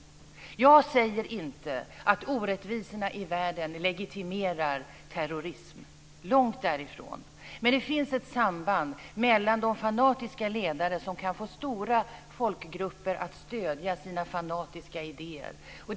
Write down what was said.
Jag säger inte att orättvisorna i världen legitimerar terrorism - långt därifrån - men det finns ett samband mellan de fanatiska ledare som kan få stora folkgrupper att stödja sina fanatiska idéer.